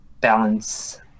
balance